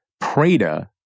Prada